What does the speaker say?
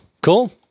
Cool